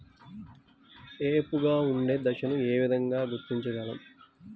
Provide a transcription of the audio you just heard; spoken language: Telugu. ఏపుగా ఉండే దశను ఏ విధంగా గుర్తించగలం?